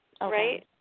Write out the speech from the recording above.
Right